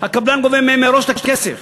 הקבלן גובה מהם מראש את הכסף.